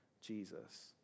Jesus